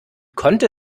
konnte